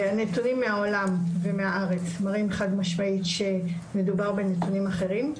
הנתונים מהעולם ומהארץ מראים חד משמעית שמדובר בנתונים אחרים.